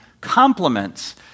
compliments